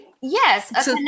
yes